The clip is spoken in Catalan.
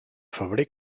febrer